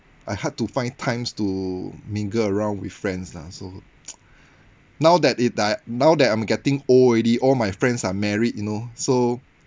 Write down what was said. I hard to find times to mingle around with friends lah so now that it I now that I'm getting old already all my friends are married you know so